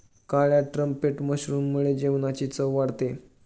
काळ्या ट्रम्पेट मशरूममुळे जेवणाची चव वाढते